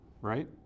Right